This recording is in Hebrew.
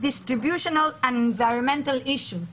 distributional and environmental issues".